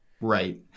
Right